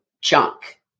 junk